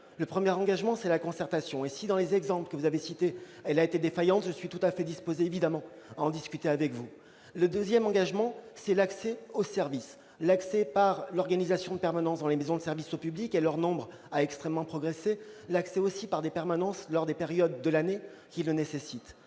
Le premier engagement, c'est la concertation. Si, dans les exemples que vous avez cités, elle a été défaillante, je suis tout à fait disposé à en discuter avec vous. Le deuxième engagement, c'est l'accès au service, notamment par l'organisation de permanences dans les maisons de services au public, dont le nombre a beaucoup progressé, et au cours des périodes de l'année qui le nécessitent.